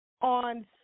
on